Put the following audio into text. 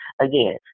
again